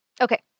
Okay